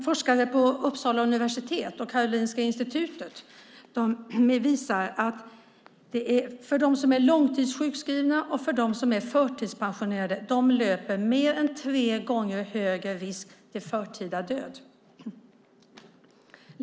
Forskare på Uppsala universitet och Karolinska institutet visar att de som är långtidssjukskrivna och förtidspensionerade löper mer än tre gånger högre risk för förtida död.